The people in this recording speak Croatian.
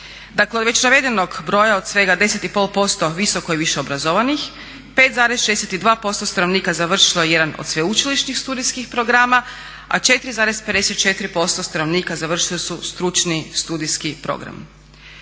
Dakle već navedenog broja od svega 10,5% visoko i višeobrazovanih 5,62% stanovnika završilo je jedan od sveučilišnih studijskih programa, a 4,54% stanovnika završili su stručni studijski program.